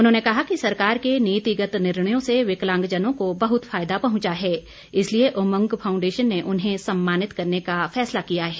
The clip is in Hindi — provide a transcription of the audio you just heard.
उन्होंने कहा कि सरकार के नीतिगत निर्णयों से विकलांगजनों को बहुत फायदा पहुंचा है इसलिए उमंग फाउंडेशन ने उन्हें सम्मानित करने का फैसला किया है